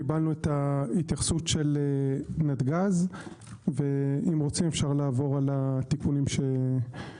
קיבלנו את ההתייחסות של נתג"ז ואם רוצים אפשר לעבור על התיקונים שערכנו.